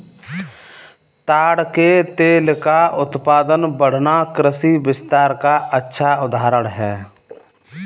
ताड़ के तेल का उत्पादन बढ़ना कृषि विस्तार का अच्छा उदाहरण है